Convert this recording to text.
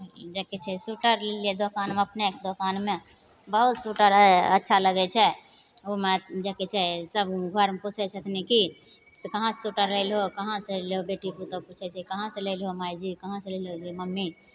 जेकि छै सोइटर लेलिए दोकानमे अपनेके दोकानमे बहुत सोइटर हइ अच्छा लगै छै ओहिमे जे किछु छै सभ घरमे पुछै छथिन कि से कहाँसे सोइटर लेलहो कहाँसे बेटी पुतौहु पुछै छै कहाँसे लेलहो माइजी कहाँसे लेलहुँ गे मम्मी